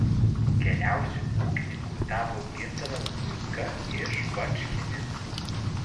geriausiu ūkininku tapo gintaras brūzga iš bačkininkų